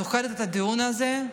את זוכרת את הדיון הזה?